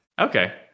Okay